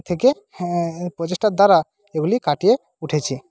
থেকে হ্যাঁ প্রচেষ্টার দ্বারা এগুলি কাটিয়ে উঠেছি